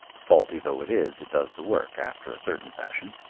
faulty though it is, it does the work after a certain fashion.